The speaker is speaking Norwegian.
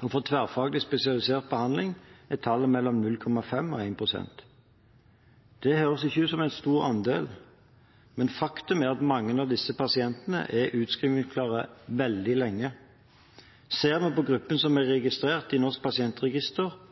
og for tverrfaglig spesialisert behandling er tallet mellom 0,5 og 1 pst. Det høres ikke ut som en stor andel, men faktum er at mange av disse pasientene er utskrivningsklare svært lenge. Ser vi på gruppen som er registrert i Norsk pasientregister,